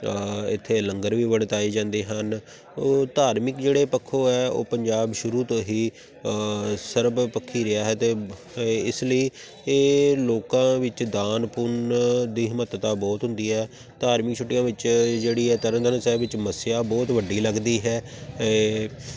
ਇੱਥੇ ਲੰਗਰ ਵੀ ਵਰਤਾਏ ਜਾਂਦੇ ਹਨ ਉਹ ਧਾਰਮਿਕ ਜਿਹੜੇ ਪੱਖੋਂ ਹੈ ਉਹ ਪੰਜਾਬ ਸ਼ੁਰੂ ਤੋਂ ਹੀ ਸਰਬ ਪੱਖੀ ਰਿਹਾ ਹੈ ਅਤੇ ਇਸ ਲਈ ਇਹ ਲੋਕਾਂ ਵਿੱਚ ਦਾਨ ਪੁੰਨ ਦੀ ਮਹੱਤਤਾ ਬਹੁਤ ਹੁੰਦੀ ਹੈ ਧਾਰਮਿਕ ਛੁੱਟੀਆਂ ਵਿੱਚ ਜਿਹੜੀ ਤਰਨ ਤਾਰਨ ਸਾਹਿਬ ਵਿੱਚ ਮੱਸਿਆ ਬਹੁਤ ਵੱਡੀ ਲੱਗਦੀ ਹੈ ਇਹ